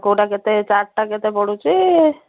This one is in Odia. କେଉଁଟା କେତେ ଚାଟ୍ଟା କେତେ ପଡ଼ୁଛି